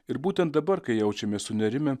ir būtent dabar kai jaučiamės sunerimę